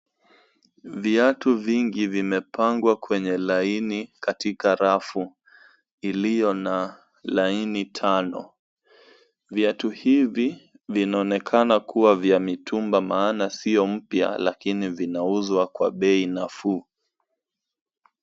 Viatu vingi vimepangwa wa laini katika rafu iliyo na laini tano. Viatu hivi vinaonekana kuwa vya mitumba maana sio mpya lakini vinauzwa kwa bei nafuu.